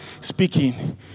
speaking